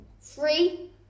Three